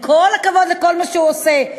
עם כל הכבוד לכל מה שהוא עושה.